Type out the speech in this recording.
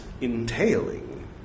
entailing